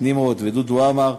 נמרוד ודודו עמר,